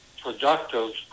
productive